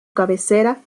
cabecera